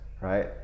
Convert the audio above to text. right